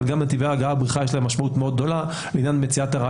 אבל גם נתיבי הגעה/הבריחה יש להם משמעות